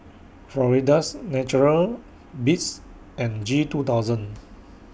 Florida's Natural Beats and G two thousand